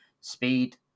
speed